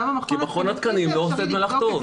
למה מכון התקנים --- כי מכון התקנים לא עושה את מלאכתו.